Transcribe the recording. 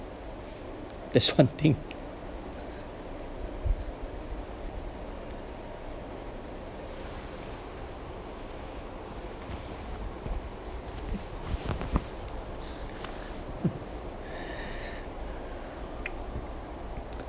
that's one thing